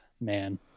Man